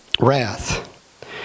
wrath